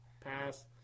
Pass